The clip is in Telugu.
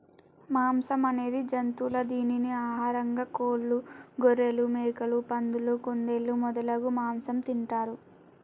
మాంసం అనేది జంతువుల దీనిని ఆహారంగా కోళ్లు, గొఱ్ఱెలు, మేకలు, పందులు, కుందేళ్లు మొదలగు మాంసం తింటారు